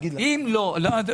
אם לא,